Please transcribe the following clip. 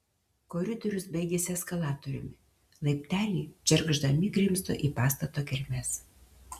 koridorius baigėsi eskalatoriumi laipteliai džergždami grimzdo į pastato gelmes